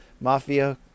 mafia